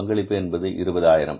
பங்களிப்பு என்பது ரூபாய் 20000